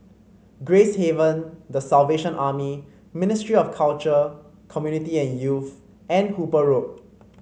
Gracehaven The Salvation Army Ministry of Culture Community and Youth and Hooper Road